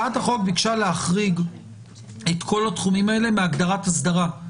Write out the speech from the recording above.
היא ביקשה להחריג את כל התחומים האלה מהגדרת אסדרה.